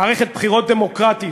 מערכת בחירות דמוקרטית.